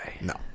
No